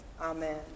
Amen